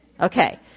Okay